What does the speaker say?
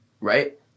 right